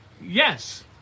Yes